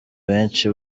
benshi